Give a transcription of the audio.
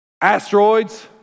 asteroids